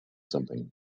something